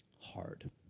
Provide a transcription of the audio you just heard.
Hard